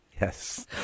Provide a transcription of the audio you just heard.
Yes